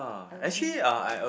I also